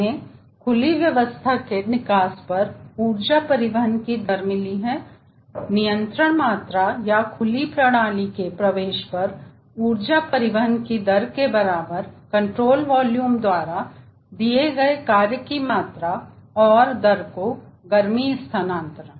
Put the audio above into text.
हमें खुली व्यवस्था के निकास पर ऊर्जा परिवहन की दर मिली है नियंत्रण मात्रा या खुली प्रणाली के प्रवेश पर ऊर्जा परिवहन की दर के बराबर नियंत्रण वॉल्यूम द्वारा किए गए कार्य की मात्रा और दर को गर्मी हस्तांतरण